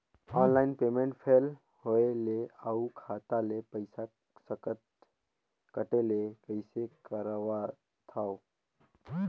Online payment fail होय ले अउ खाता ले पईसा सकथे कटे ले कइसे करथव?